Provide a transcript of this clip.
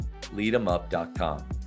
leademup.com